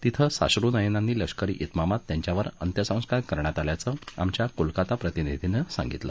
तिथे साश्रुनयांनी लष्करी तिमामात त्यांच्यावर अंत्यसंस्कार करण्यात आल्याचं आमच्या कोलकात्ता शिल्या प्रतिनिधीनं सांगितलं